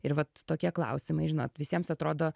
ir vat tokie klausimai žinot visiems atrodo